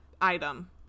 item